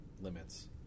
limits